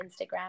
Instagram